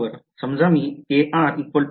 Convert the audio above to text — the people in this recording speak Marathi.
हे नवीन variable म्हणून घ्या